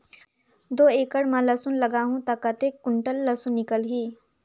दो एकड़ मां लसुन लगाहूं ता कतेक कुंटल लसुन निकल ही?